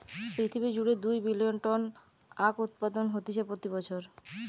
পৃথিবী জুড়ে দুই বিলিয়ন টন আখউৎপাদন হতিছে প্রতি বছর